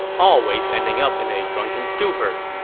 always ending up in a drunken stupor.